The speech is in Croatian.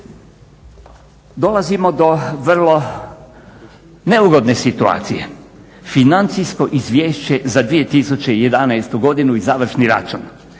Dolazimo do vrlo neugodne situacije. Financijsko izvješće za 2011. godinu i završni račun.